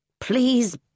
Please